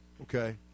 Okay